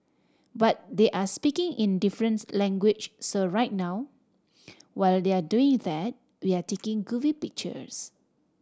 but they're speaking in a different language so right now while they're doing that we're taking goofy pictures